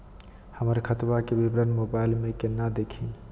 हमर खतवा के विवरण मोबाईल पर केना देखिन?